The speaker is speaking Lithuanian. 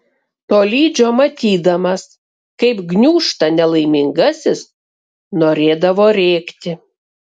tolydžio matydamas kaip gniūžta nelaimingasis norėdavo rėkti